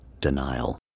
denial